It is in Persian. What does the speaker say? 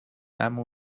عمو